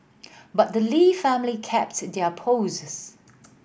but the Lee family kept their poises